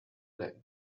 day